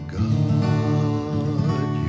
god